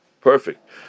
perfect